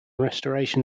restoration